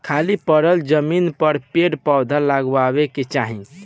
खाली पड़ल जमीन पर पेड़ पौधा लगावे के चाही